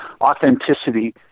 authenticity